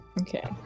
Okay